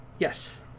Yes